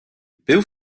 był